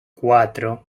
cuatro